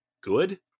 good